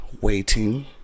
waiting